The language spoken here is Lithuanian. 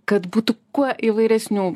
kad būtų kuo įvairesnių